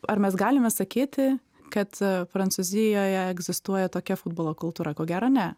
ar mes galime sakyti kad prancūzijoje egzistuoja tokia futbolo kultūra ko gero ne